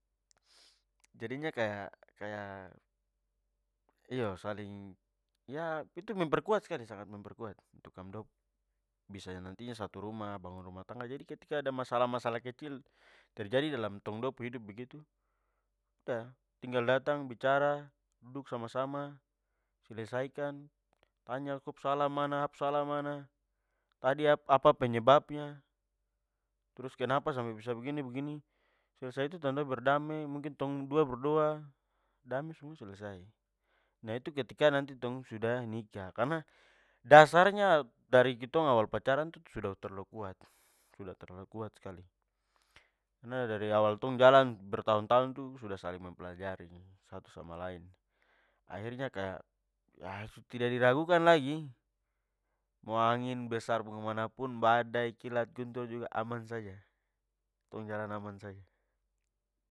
jadinya kaya kaya- iyo saling ya itu memperkuat skali, sangat memperkuat untuk kam dua nanti bisa satu rumah, bangun rumah tangga, jadi, ketika ada masalah-masalah kecil terjadi dalam tong dua pu hidup begitu, sudah tinggal datang bicara, duduk sama-sama, selesaikan, tanya ko pu salah mana, sa pu salah mana, tadi apa penyebabnya, trus kenapa sampe bisa begini, begini, selesai itu tong dua berdamai, tong dua berdoa, damai semua selesai. Nah itu ketika nanti tong sudah nikah karna dasarnya dari kitong awal pacaran itu sudah terlalu kuat, terlalu kuat skali, karna dari awal tong jalan bertahun-tahun tu sudah saling mempelajari satu sama lain. Akhirnya kaya su tidak diragukan lagi, mo angin besar bagemana pun badai, guntur kilat juga aman saja, tong jalan aman saja